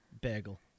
bagel